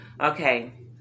Okay